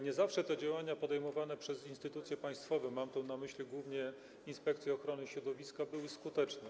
Nie zawsze działania podejmowane przez instytucje państwowe, mam tu na myśli głównie Inspekcję Ochrony Środowiska, były skuteczne.